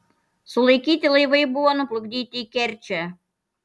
sulaikyti laivai buvo nuplukdyti į kerčę